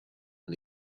and